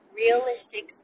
realistic